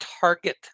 target